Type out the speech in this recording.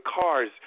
cars